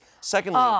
Secondly